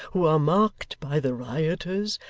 who are marked by the rioters,